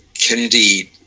Kennedy